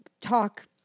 talk